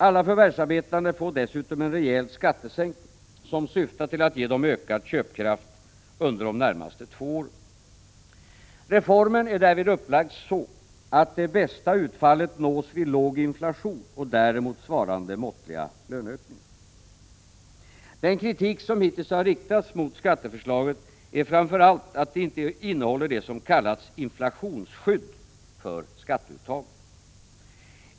Alla förvärvsarbetande får dessutom en rejäl skattesänkning, som syftar till att ge dem ökad köpkraft under de närmaste två åren. Reformen är därvid upplagd så att det bästa utfallet nås vid låg inflation och däremot svarande måttliga löneökningar. Den kritik som hittills riktats mot skatteförslaget har framför allt gått ut på att det inte innehåller det som kallas inflationsskydd för skatteuttaget.